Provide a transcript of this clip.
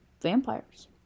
Vampires